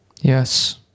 Yes